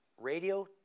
Radio